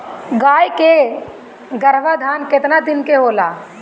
गाय के गरभाधान केतना दिन के होला?